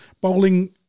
bowling